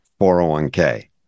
401k